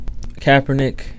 Kaepernick